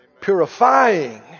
purifying